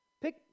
Pick